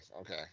Okay